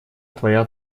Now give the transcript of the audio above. твоя